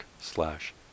slash